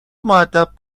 مودب